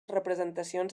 representacions